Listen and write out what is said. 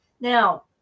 now